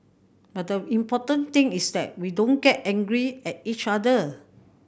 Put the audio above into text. but the important thing is that we don't get angry at each other